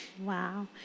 Wow